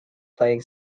playing